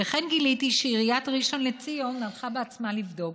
וכן גיליתי שעיריית ראשון לציון הלכה בעצמה לבדוק,